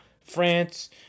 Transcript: france